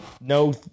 no